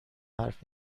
حرف